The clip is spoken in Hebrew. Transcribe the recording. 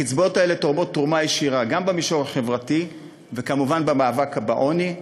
הקצבאות האלה תורמות תרומה ישירה גם במישור החברתי וכמובן במאבק בעוני,